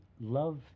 love